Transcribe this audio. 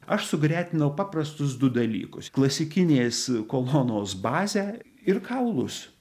aš sugretinau paprastus du dalykus klasikinės kolonos bazę ir kaulus